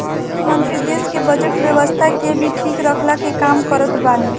वित्त मंत्री देस के बजट व्यवस्था के भी ठीक रखला के काम करत बाने